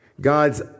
God's